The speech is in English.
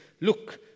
look